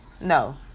No